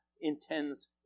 intends